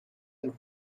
and